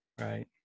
Right